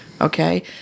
okay